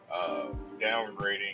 downgrading